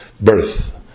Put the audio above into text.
Birth